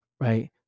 right